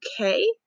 okay